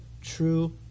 true